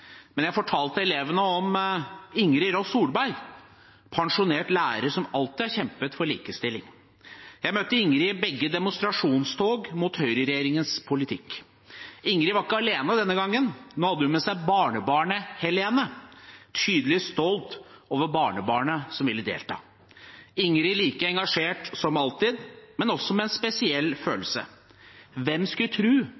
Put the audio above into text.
men jeg fortalte elevene om Ingrid Ross Solberg, en pensjonert lærer som alltid har kjempet for likestilling. Jeg møtte Ingrid i begge demonstrasjonstogene mot høyreregjeringens politikk. Ingrid var ikke alene denne gangen. Nå hadde hun med seg barnebarnet Helene, tydelig stolt over barnebarnet som ville delta. Ingrid var like engasjert som alltid, men også med en spesiell